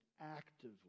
actively